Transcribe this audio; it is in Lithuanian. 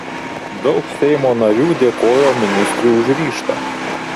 daug seimo narių dėkojo ministrui už ryžtą